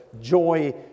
joy